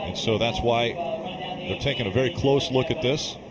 so that's why they're taking a very close look at this.